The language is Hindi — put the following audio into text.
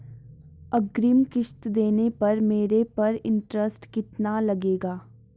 अग्रिम किश्त देने पर मेरे पर इंट्रेस्ट कितना लगेगा?